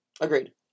Agreed